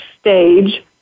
stage